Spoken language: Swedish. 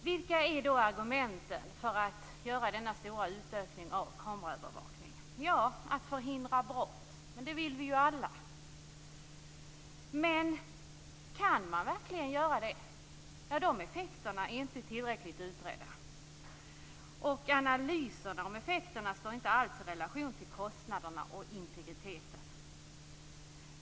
Vilka är då argumenten för att göra denna stora utökning av kameraövervakning? Jo, att förhindra brott. Det vill vi ju alla. Men kan man verkligen göra det? De effekterna är inte tillräckligt utredda. Analyserna visar att effekterna inte alls står i relation till kostnaderna och hotet mot integriteten.